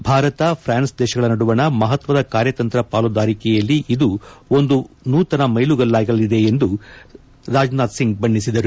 ಮತ್ತು ಭಾರತ ಪ್ರಾನ್ಸ್ ದೇಶಗಳ ನಡುವಣ ಮಹತ್ವದ ಕಾರ್ಯತಂತ್ರ ಪಾಲುದಾರಿಕೆಯಲ್ಲಿ ಇದು ಒಂದು ನೂತನ ಮ್ನೆಲುಗಲ್ಲಾಗಲಿದೆ ಎಂದು ಬಣ್ಣಿಸಿದರು